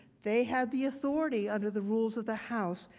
they have the authority under the rules of the house,